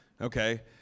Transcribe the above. okay